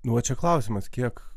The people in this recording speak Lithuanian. nu vat čia klausimas kiek